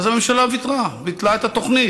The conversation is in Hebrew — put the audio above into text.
אז הממשלה ויתרה, ביטלה את התוכנית.